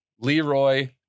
leroy